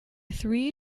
three